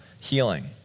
healing